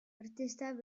artistak